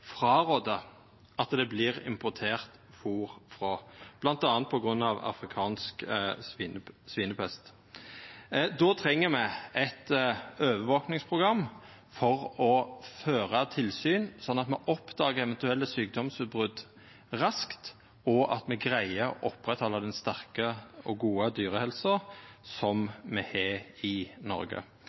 at det vert importert fôr frå, bl.a. på grunn av afrikansk svinepest. Då treng me eit overvakingsprogram for å føra tilsyn, slik at me oppdagar eventuelle sjukdomsutbrot raskt, og at me greier å oppretthalda den sterke og gode dyrehelsa som me har i Noreg.